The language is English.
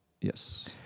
Yes